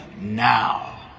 now